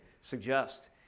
suggest